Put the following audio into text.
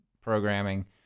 programming